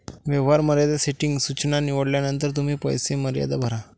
व्यवहार मर्यादा सेटिंग सूचना निवडल्यानंतर तुम्ही पैसे मर्यादा भरा